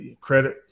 credit